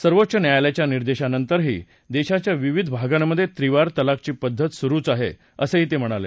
सर्वोच्च न्यायालयाच्या निर्देशानंतरही देशाच्या विविध भागांमधे त्रिवार तलाकघी पद्धत सुरुच आहे असं ते म्हणाले